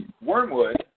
wormwood